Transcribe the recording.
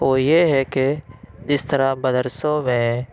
وہ یہ ہے کہ جس طرح مدرسوں میں